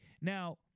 Now